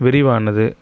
விரிவானது